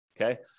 Okay